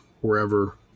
wherever